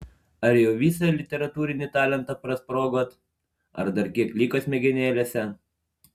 ar jau visą literatūrinį talentą prasprogot ar dar kiek liko smegenėlėse